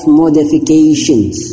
modifications